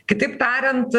kitaip tariant